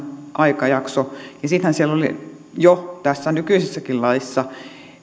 aikajakso vuoteen kaksituhattakaksikymmentäkahdeksan ja sittenhän siellä oli jo tässä nykyisessäkin laissa